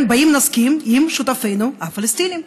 כן, אם נסכים עם שותפינו הפלסטינים.